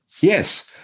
Yes